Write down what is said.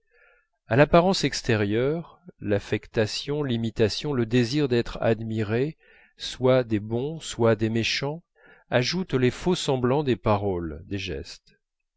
à l'apparence extérieure l'affectation l'imitation le désir d'être admiré soit des bons soit des méchants ajoutent les faux semblants des paroles des gestes